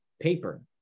paper